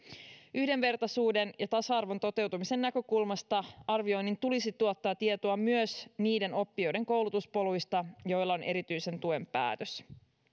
yhdenvertaisuuden ja tasa arvon toteutumisen näkökulmasta arvioinnin tulisi tuottaa tietoa myös niiden oppijoiden koulutuspoluista joilla on erityisen tuen päätös